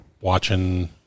watching